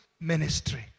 ministry